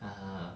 err